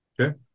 okay